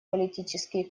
политические